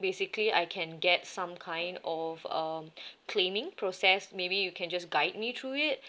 basically I can get some kind of um claiming process maybe you can just guide me through it